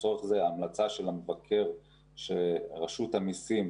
לצורך זה ההמלצה של המבקר שרשות המיסים